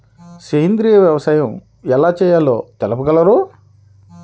సేంద్రీయ వ్యవసాయం ఎలా చేయాలో తెలుపగలరు?